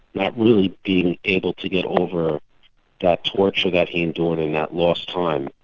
not really being able to get over that torture that he endured and that lost time,